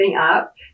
up